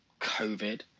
covid